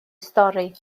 stori